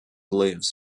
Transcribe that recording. lives